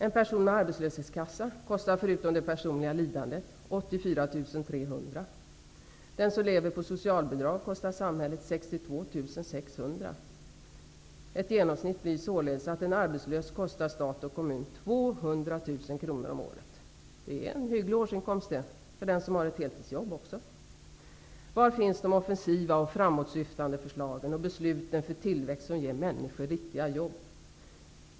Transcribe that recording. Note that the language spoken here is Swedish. En person med arbetslöshetskassa kostar, förutom det personliga lidandet, 84 300 kr. Den som lever på socialbidrag kostar samhället 62 600 kr. En arbetslös kostar alltså stat och kommun i genomsnitt 200 000 kr om året. Det är en hygglig årsinkomst för den som har ett heltidsjobb. Var finns de offensiva och framåtsyftande förslagen och besluten för tillväxt som ger människor riktiga jobb?